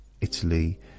Italy